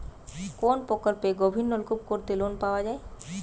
কোন প্রকল্পে গভির নলকুপ করতে লোন পাওয়া য়ায়?